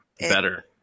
Better